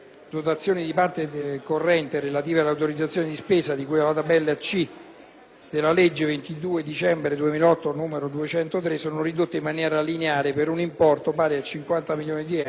della legge 22 dicembre 2008, n.203, sono ridotte in maniera lineare per un importo pari a 50 milioni di euro per ciascun anno del triennio 2009-2011.*